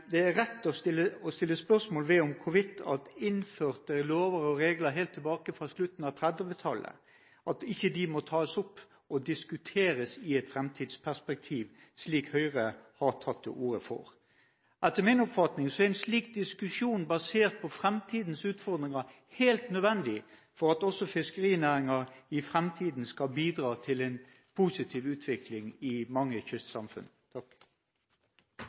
det er rett å spørre om hvorvidt innførte lover og regler helt tilbake fra slutten av 1930-tallet, ikke må tas opp og diskuteres i et framtidsperspektiv, slik Høyre har tatt til orde for. Etter min oppfatning er en slik diskusjon basert på framtidens utfordringer helt nødvendig for at også fiskerinæringen i framtiden skal bidra til en positiv utvikling i mange kystsamfunn.